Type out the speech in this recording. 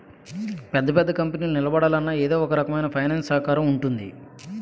పెద్ద పెద్ద కంపెనీలు నిలబడాలన్నా ఎదో ఒకరకమైన ఫైనాన్స్ సహకారం ఉంటుంది